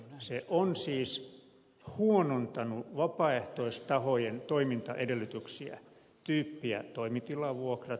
se on siis huonontanut vapaaehtoistahojen toimintaedellytyksiä tyyppiä toimitilavuokrat